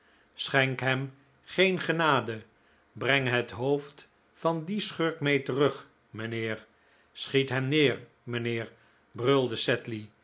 schenk hem geen genade breng het hoofd van dien schurk mee terug mijnheer schiet hem neer mijnheer brulde sedley